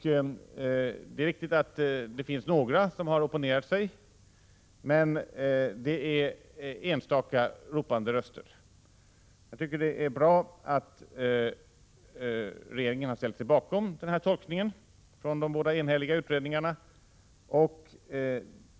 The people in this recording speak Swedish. Det är riktigt att några remissinstanser har opponerat sig, men det är enstaka ropande röster. Jag tycker det är bra att regeringen har ställt sig bakom de båda enhälliga utredningarnas tolkning.